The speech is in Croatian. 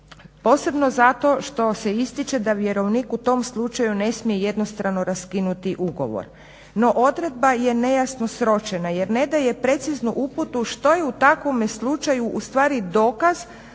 posebno zato što se ističe da vjerovnik u tom slučaju ne smije jednostrano raskinuti ugovor. No odredba je nejasno sročena jer ne daje preciznu uputu što je u takvome slučaju ustvari dokaz